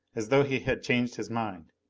as though he had changed his mind,